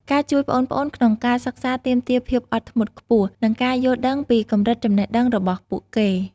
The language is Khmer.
ការជួយប្អូនៗក្នុងការសិក្សាទាមទារភាពអត់ធ្មត់ខ្ពស់ និងការយល់ដឹងពីកម្រិតចំណេះដឹងរបស់ពួកគេ។